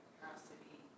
capacity